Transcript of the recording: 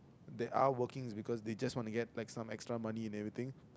they are working is because they just want to get like extra money and everything